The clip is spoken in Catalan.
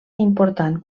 important